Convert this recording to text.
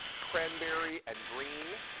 cranberry and green.